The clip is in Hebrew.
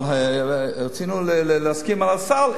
אבל רצינו להסכים על הסל.